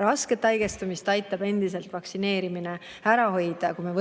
Rasket haigestumist aitab endiselt vaktsineerimine ära hoida. Võtame